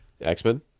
X-Men